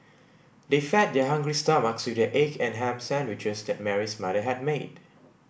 they fed their hungry stomachs with the egg and ham sandwiches that Mary's mother had made